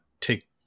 take